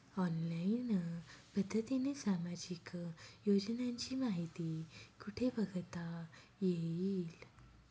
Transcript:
Online पद्धतीने सामाजिक योजनांची माहिती कुठे बघता येईल?